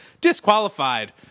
disqualified